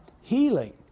healing